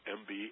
mb